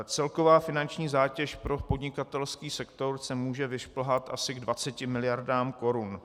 Celková finanční zátěž pro podnikatelský sektor se může vyšplhat asi k 20 mld. korun.